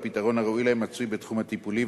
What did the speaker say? והפתרון הראוי להם מצוי בתחום הטיפולי,